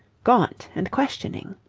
gaunt and questioning.